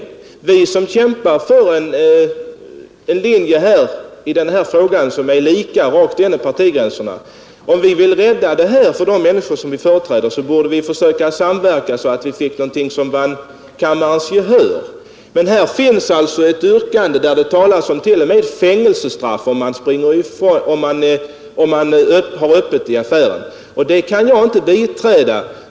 Om vi som i denna fråga kämpar för en linje som går rakt igenom partigränserna vill rädda situationen för de människor som vi företräder, borde vi försöka samverka så att vi fick någonting som vann kammarens gehör. Men här finns alltså ett yrkande där det t.o.m. talas om fängelsestraff om man har öppet i affärer på olaga tid. Det kan jag inte biträda.